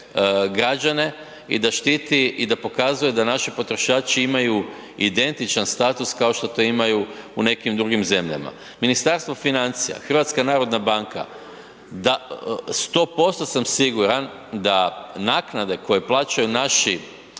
građana i da štiti i da pokazuje da naši potrošači imaju identičan status kao što to imaju u nekim drugim zemljama. Ministarstvo financija, HNB, 100% sam siguran da naknade koje plaćaju naši